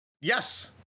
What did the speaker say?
yes